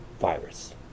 virus